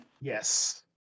Yes